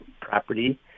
property